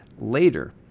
later